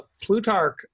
plutarch